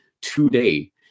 today